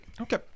Okay